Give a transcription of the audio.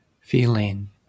feeling